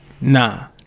nah